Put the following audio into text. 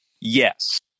Yes